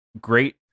great